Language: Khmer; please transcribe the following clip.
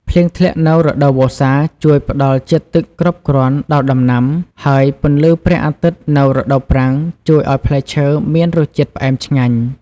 ភ្លៀងធ្លាក់នៅរដូវវស្សាជួយផ្តល់ជាតិទឹកគ្រប់គ្រាន់ដល់ដំណាំ ហើយពន្លឺព្រះអាទិត្យនៅរដូវប្រាំងជួយឲ្យផ្លែឈើមានរសជាតិផ្អែមឆ្ងាញ់។